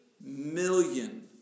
million